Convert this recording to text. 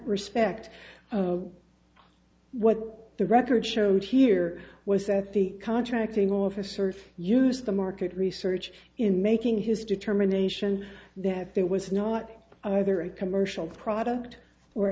respect what the record showed here was that the contracting officer used the market research in making his determination that there was not either a commercial product or